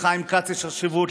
לחיים כץ יש חשיבות,